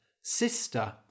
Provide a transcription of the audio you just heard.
Sister